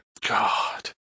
God